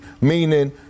meaning